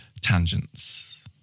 tangents